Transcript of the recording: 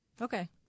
Okay